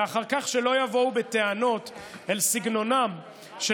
ואחר כך שלא יבואו בטענות על סגנונם של